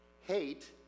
Hate